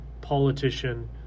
politician